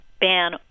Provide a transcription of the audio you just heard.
ban